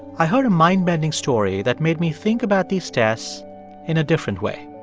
i heard a mind-bending story that made me think about these tests in a different way